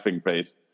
face